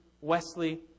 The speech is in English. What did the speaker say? Wesley